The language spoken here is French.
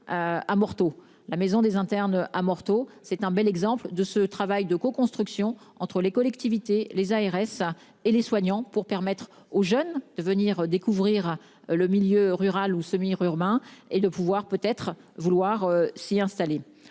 La Maison des internes à Morteau. C'est un bel exemple de ce travail de coconstruction entre les collectivités, les ARS et les soignants, pour permettre aux jeunes de venir découvrir le milieu rural ou semi-rurbains et de pouvoir peut-être vouloir s'y installer,